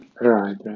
right